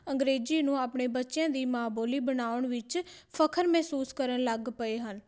ਅੰਗਰੇਜ਼ੀ ਨੂੰ ਆਪਣੇ ਬੱਚਿਆਂ ਦੀ ਮਾਂ ਬੋਲੀ ਬਣਾਉਣ ਵਿੱਚ ਫਖਰ ਮਹਿਸੂਸ ਕਰਨ ਲੱਗ ਪਏ ਹਨ